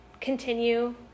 continue